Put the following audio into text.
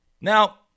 Now